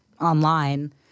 online